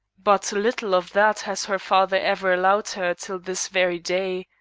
but little of that has her father ever allowed her till this very day.